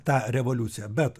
tą revoliuciją bet